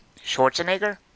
Schwarzenegger